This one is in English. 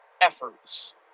efforts